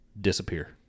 disappear